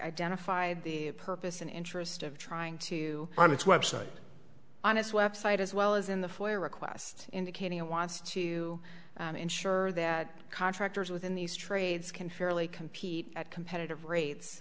dentified the purpose and interest of trying to on its website on its website as well as in the foyer request indicating it wants to ensure that contractors within these trades can fairly compete at competitive rates